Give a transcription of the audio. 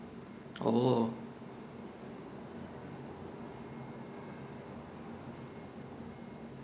but ya when I was playing in the band I I played drums ah I still play drums but I started playing drums when I'm thirteen